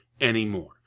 anymore